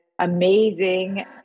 amazing